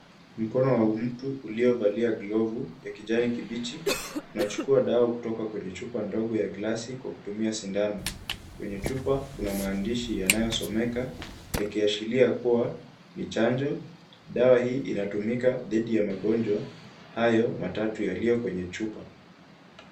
Mkono wa mtu uliovalia glovu ya kijani kibichi unachukua dawa kutoka kwenye chupa ndogo ya glasi kwa kutumia sindano. Kwenye chupa kuna maandishi yanayosomeka yakiashiria kuwa ni chanjo. Dawa hii inatumika dhidi ya magonjwa hayo matatu yaliyo kwenye chupa.